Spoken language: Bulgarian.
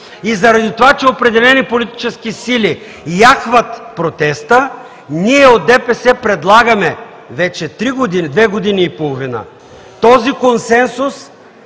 и заради това, че определени политически сили яхват протеста, ние от ДПС предлагаме вече три години – две години и половина, този консенсус,